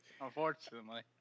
unfortunately